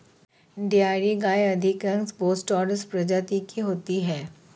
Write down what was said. dairy गायें अधिकांश bos taurus प्रजाति की होती हैं